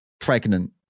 pregnant